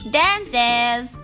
dances